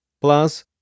Plus